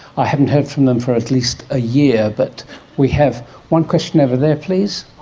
i haven't heard from them for at least a year. but we have one question over there please?